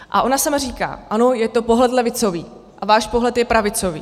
A ona sama říká ano, je to pohled levicový a váš pohled je pravicový.